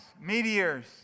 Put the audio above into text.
meteors